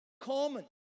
Common